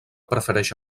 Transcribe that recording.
prefereix